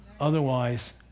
Otherwise